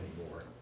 anymore